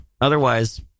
Otherwise